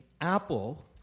apple